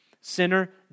Sinner